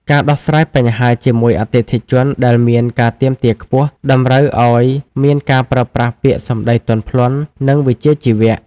ការដោះស្រាយបញ្ហាជាមួយអតិថិជនដែលមានការទាមទារខ្ពស់ តម្រូវឱ្យមានការប្រើប្រាស់ពាក្យសម្ដីទន់ភ្លន់ និងវិជ្ជាជីវៈ។